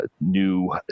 new